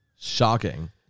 shocking